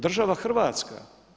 Država Hrvatska.